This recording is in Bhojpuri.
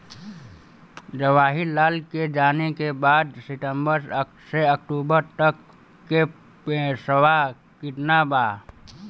जवाहिर लाल के जाने के बा की सितंबर से अक्टूबर तक के पेसवा कितना बा?